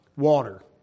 water